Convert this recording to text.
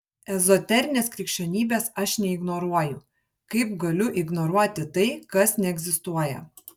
ezoterinės krikščionybės aš neignoruoju kaip galiu ignoruoti tai kas neegzistuoja